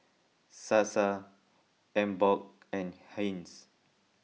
Sasa Emborg and Heinz